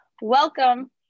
welcome